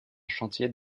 chantier